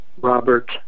Robert